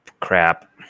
crap